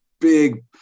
big